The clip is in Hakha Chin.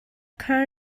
khan